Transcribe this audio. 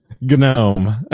GNOME